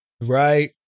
Right